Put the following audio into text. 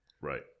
Right